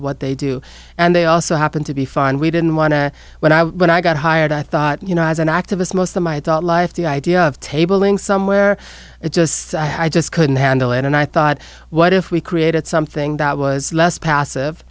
what they do and they also happen to be fine we didn't want to when i when i got hired i thought you know as an activist most of my adult life the idea of tabling somewhere it just i just couldn't handle it and i thought what if we created something that was less passive